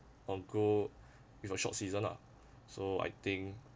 or grow with a short season ah so I think